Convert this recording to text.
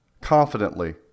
confidently